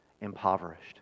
impoverished